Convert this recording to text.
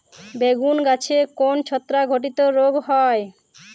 বেগুন গাছে কোন ছত্রাক ঘটিত রোগ হয়?